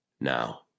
now